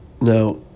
now